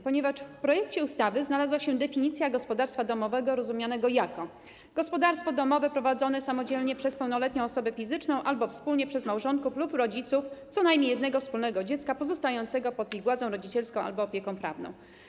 Ponieważ w projekcie ustawy znalazła się definicja gospodarstwa domowego rozumianego jako gospodarstwo domowe prowadzone samodzielnie przez pełnoletnią osobę fizyczną albo wspólnie przez małżonków lub rodziców co najmniej jednego wspólnego dziecka pozostającego pod ich władzą rodzicielską albo opieką prawną.